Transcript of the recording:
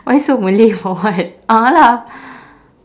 why so malay for what a'ah lah